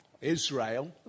Israel